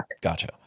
Gotcha